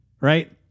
Right